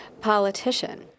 politician